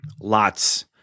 Lots